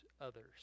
others